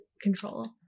control